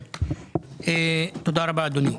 תודה, אדוני.